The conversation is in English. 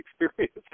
experience